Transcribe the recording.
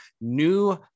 new